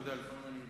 זה לא קשור.